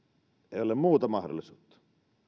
ei ole muuta mahdollisuutta